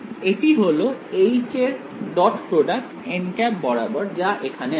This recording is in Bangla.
এটি হল এর ডট প্রডাক্ট বরাবর যা এখানে আছে